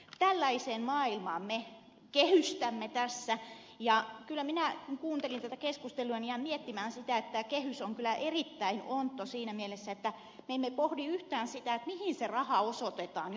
tällaiseen maailmaan me kehystämme tässä ja kyllä minä kun kuuntelin tätä keskustelua jään miettimään sitä että tämä kehys on kyllä erittäin ontto siinä mielessä että me emme pohdi yhtään sitä mihin se raha osoitetaan